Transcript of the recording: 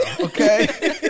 okay